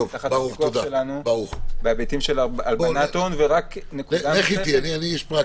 תחת הפיקוח שלנו בהיבטים של הלבנת הון ואני אומר